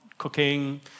cooking